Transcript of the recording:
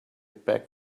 back